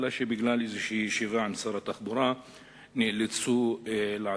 אלא שבגלל ישיבה עם שר התחבורה הם נאלצו לעזוב.